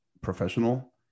professional